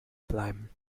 bleiben